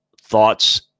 thoughts